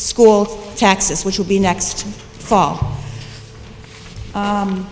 school taxes which will be next fall